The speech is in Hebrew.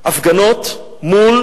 הפגנות מול